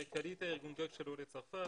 קעליטה היא ארגון גג של עולי צרפת.